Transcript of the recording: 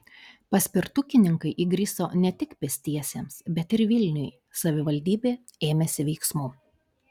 paspirtukininkai įgriso ne tik pėstiesiems bet ir vilniui savivaldybė ėmėsi veiksmų